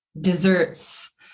Desserts